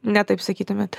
ne taip sakytumėt